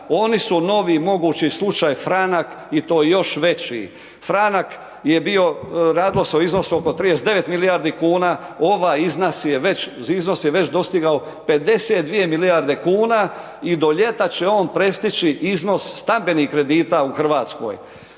oni su novi mogući slučaj Franak i to još veći. Franak je bio radilo se o iznosu oko 39 milijardi kuna ovaj iznos je već dostigao 52 milijarde kuna i do ljeta će on prestići iznos stambenih kredita u Hrvatskoj.